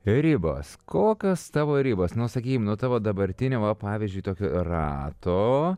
ribos kokios tavo ribos nu sakykim nu tavo dabartiniam va pavyzdžiui tokio rato